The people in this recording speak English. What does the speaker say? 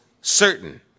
certain